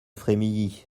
frémilly